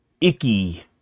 icky